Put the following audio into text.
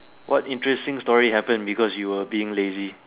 what interesting story happened because you were being lazy